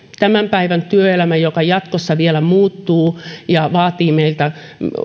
tämän päivän työelämä jatkossa vielä muuttuu ja vaatii meiltä